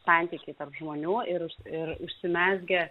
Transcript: santykiai tarp žmonių ir už ir užsimezgę